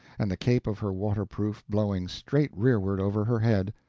and the cape of her waterproof blowing straight rearward over her head.